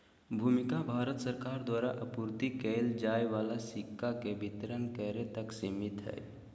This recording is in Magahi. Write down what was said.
भूमिका भारत सरकार द्वारा आपूर्ति कइल जाय वाला सिक्का के वितरण करे तक सिमित हइ